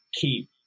keep